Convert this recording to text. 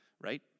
right